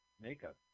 makeup